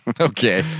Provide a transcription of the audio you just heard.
Okay